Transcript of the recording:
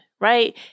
right